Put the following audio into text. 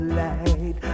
light